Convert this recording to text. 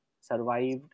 survived